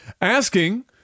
Asking